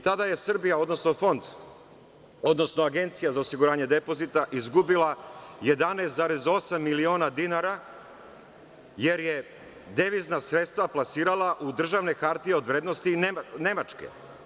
Tada je Srbija, odnosno Fond, odnosno Agencija za osiguranje depozita izgubila 11,8 miliona dinara jer je devizna sredstva plasirala u državne hartije od vrednosti Nemačke.